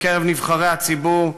בקרב נבחרי הציבור,